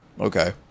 Okay